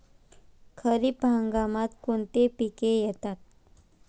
खरीप हंगामात कोणती पिके येतात?